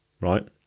right